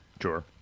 Sure